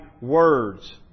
words